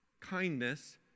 kindness